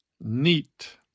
Neat